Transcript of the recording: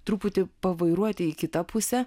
truputį pavairuoti į kitą pusę